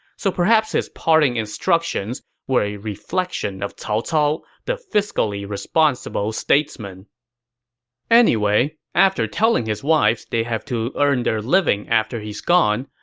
so perhaps his parting instructions were a reflection of cao cao the fiscally responsible statesman anyway, after telling his wives they have to earn their living after he's gone,